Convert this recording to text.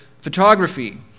photography